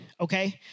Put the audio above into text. okay